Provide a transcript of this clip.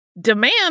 demand